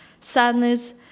sadness